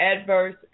adverse